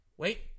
Wait